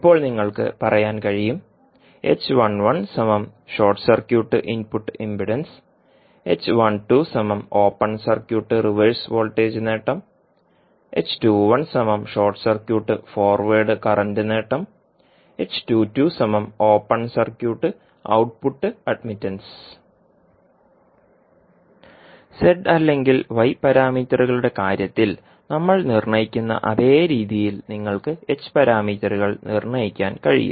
ഇപ്പോൾ നിങ്ങൾക്ക് പറയാൻ കഴിയും • short circuit input impedance • open circuit reverse voltage നേട്ടം • ഷോർട്ട് സർക്യൂട്ട് ഫോർവേഡ് കറന്റ് നേട്ടം • open circuit output admittance z അല്ലെങ്കിൽ y പാരാമീറ്ററുകളുടെ കാര്യത്തിൽ നമ്മൾ നിർണ്ണയിക്കുന്ന അതേ രീതിയിൽ നിങ്ങൾക്ക് h പാരാമീറ്ററുകൾ നിർണ്ണയിക്കാൻ കഴിയും